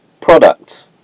products